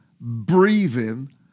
breathing